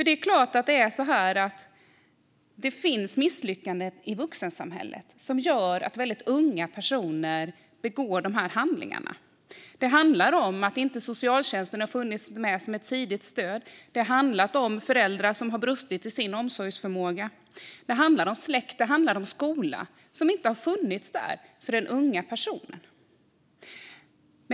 Det finns självfallet misslyckanden i vuxensamhället som kan leda till att väldigt unga personer gör sig skyldiga till dessa handlingar. Det handlar om att socialtjänsten inte funnits med som ett tidigt stöd. Det handlar om föräldrar som har brustit i sin omsorgsförmåga. Det handlar också om släkt och om skola som inte har funnits till hands för dessa unga personer.